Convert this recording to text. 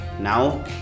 Now